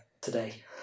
today